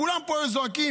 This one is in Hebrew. כולם פה היו זועקים: